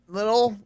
little